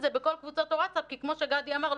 זה בכל קבוצות הווטסאפ כי כמו שגדי אמר,